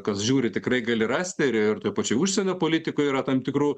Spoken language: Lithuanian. kas žiūri tikrai gali rasti ir ir toj pačioj užsienio politikoj yra tam tikrų